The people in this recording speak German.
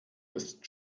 ist